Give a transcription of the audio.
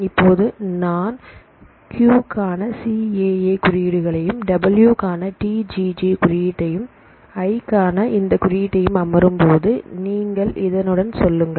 இப்போது நான் கியூ க்கான சி ஏ ஏ குறியீடுகளையும் டபிள்யூ க்கான டி ஜி ஜி குறியீட்டையும் l க்கான இந்த குறியீட்டையும் அமரும்போது நீங்கள் இதனுடன் செல்லுங்கள்